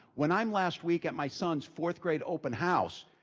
when i'm last week at my son's fourth grade open house,